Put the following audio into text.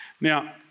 Now